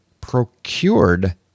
procured